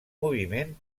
moviment